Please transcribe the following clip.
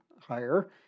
higher